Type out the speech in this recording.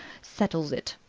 settles it.